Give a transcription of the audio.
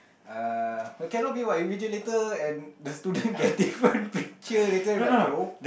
uh but cannot be what invigilator and the student get different picture later if like though